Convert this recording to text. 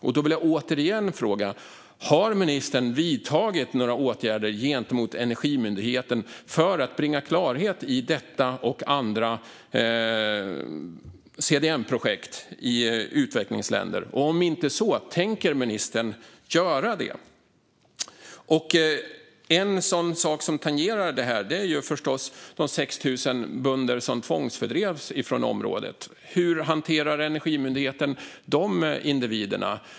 Jag vill återigen fråga: Har ministern vidtagit några åtgärder gentemot Energimyndigheten för att bringa klarhet i detta och i andra CDM-projekt i utvecklingsländer? Om inte undrar jag: Tänker ministern göra det? Något som tangerar detta är förstås de 6 000 bönder som tvångsfördrevs från området. Hur hanterar Energimyndigheten de individerna?